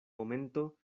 momento